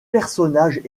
personnages